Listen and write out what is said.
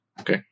Okay